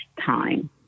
time